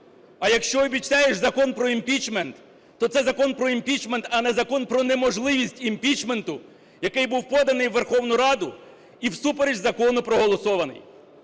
А якщо обіцяєш закон про імпічмент, то це закон про імпічмент, а не закон про неможливість імпічменту, який був поданий в Верховну Раду і всупереч закону проголосований.